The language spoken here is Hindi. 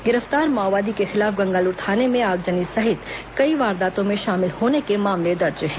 गिरफ्तार माओवादी के खिलाफ गंगालूर थाने में आगजनी सहित कई वारदातों में शामिल होने के मामले दर्ज हैं